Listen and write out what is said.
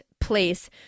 place